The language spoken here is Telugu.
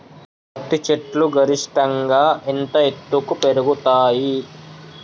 పత్తి చెట్లు గరిష్టంగా ఎంత ఎత్తు వరకు పెరుగుతయ్?